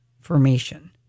formation